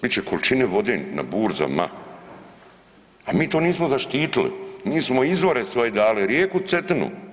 Bit će količine vode na burzama, a mi to nismo zaštitili mi smo izvore svoje dali rijeku Cetinu.